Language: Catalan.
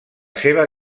seva